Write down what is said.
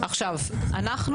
אנו